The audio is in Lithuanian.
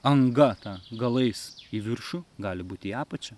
anga ta galais į viršų gali būt į apačią